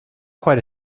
quite